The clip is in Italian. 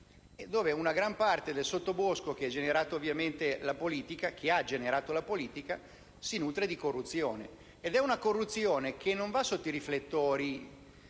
una gran parte del sottobosco che ha generato la politica si nutre di corruzione. Si tratta di una corruzione che non va sotto i riflettori,